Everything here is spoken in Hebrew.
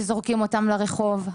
וזורקים אותן לרחוב.